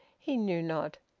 he knew not.